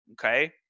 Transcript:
Okay